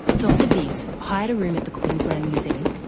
dr biggs hired a room at the queensland museum,